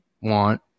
want